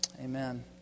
Amen